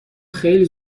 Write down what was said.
خیلی